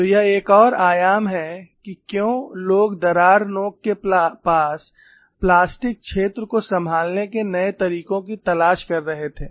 तो यह एक और आयाम है कि क्यों लोग दरार नोक के पास प्लास्टिक क्षेत्र को संभालने के नए तरीकों की तलाश कर रहे थे